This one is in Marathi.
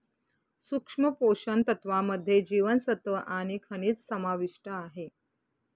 सूक्ष्म पोषण तत्त्वांमध्ये जीवनसत्व आणि खनिजं समाविष्ट आहे